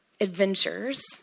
adventures